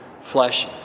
flesh